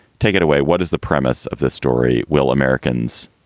take it away. what is the premise of this story will americans,